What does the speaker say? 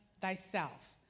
thyself